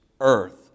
earth